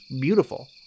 beautiful